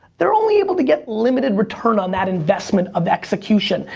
they're only able to get limited return on that investment of execution.